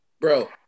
Bro